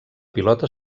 pilota